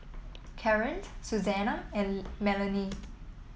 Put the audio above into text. Karren Suzanna and Melony